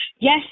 Yes